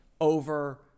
over